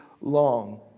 long